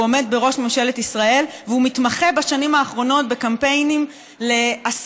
הוא עומד בראש ממשלת ישראל והוא מתמחה בשנים האחרונות בקמפיינים להסתה,